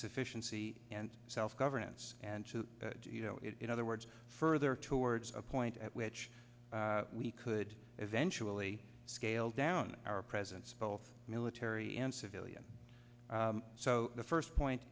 sufficiency and self governance and to do you know it in other words further towards a point at which we could eventually scale down our presence both military and civilian so the first point